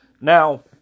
Now